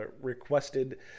requested